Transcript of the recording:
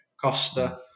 Costa